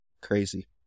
crazy